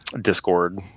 discord